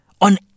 on